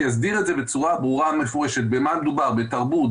שיסדיר בצורה ברורה ומפורשת במה מדובר: בתרבות,